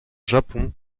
japon